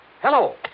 Hello